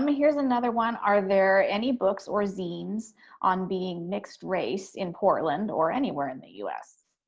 um here's another one. are there any books or zines on being mixed-race in portland or anywhere in the u s?